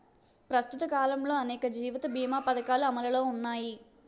ప్రస్తుత కాలంలో అనేక జీవిత బీమా పధకాలు అమలులో ఉన్నాయి